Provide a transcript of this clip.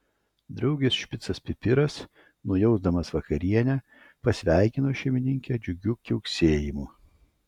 draugės špicas pipiras nujausdamas vakarienę pasveikino šeimininkę džiugiu kiauksėjimu